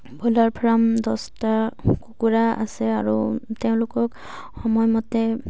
broiler farm দছটা কুকুৰা আছে আৰু তেওঁলোকক সময়মতে